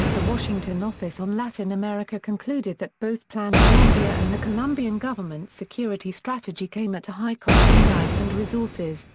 the washington office on latin america concluded that both plan colombia and the colombian government's security strategy came at a high cost in lives and resources,